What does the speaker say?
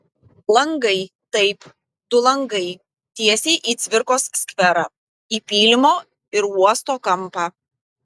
langai taip du langai tiesiai į cvirkos skverą į pylimo ir uosto kampą